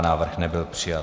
Návrh nebyl přijat.